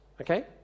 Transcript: Okay